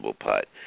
putt